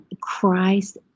Christ